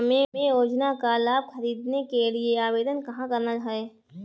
हमें योजना का लाभ ख़रीदने के लिए आवेदन कहाँ करना है?